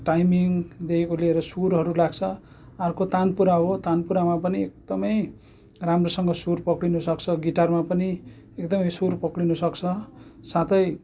टाइमिङदेखिको लिएर सुरहरू लाग्छ अर्को तानपुरा हो तानपुरामा पनि एकदमै राम्रोसँग सुर पक्रिनु सक्छ गिटारमा पनि एकदमै सुर पक्रिनु सक्छ साथै